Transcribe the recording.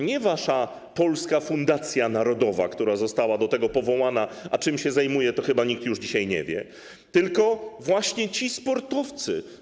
Nie wasza Polska Fundacja Narodowa, która została do tego powołana, a czym się zajmuje, to chyba nikt już dzisiaj nie wie, tylko właśnie ci sportowcy.